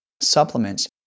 supplements